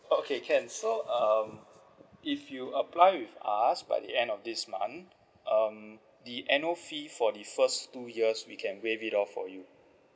okay can so um if you apply with us by the end of this month um the annual fee for the first two years we can waive it off for you